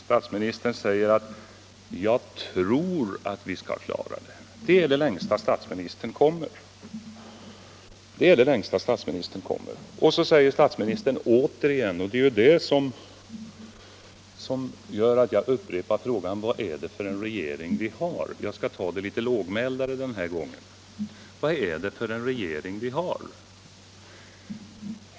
Statsministern säger också: Jag tror att vi skall klara det. Det är det längsta statsministern kommer. Det är det som gör att jag upprepar frågan. Jag skall ta det litet lågmäldare den här gången: Vad är det för regering vi har?